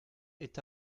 est